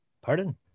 pardon